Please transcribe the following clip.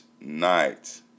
night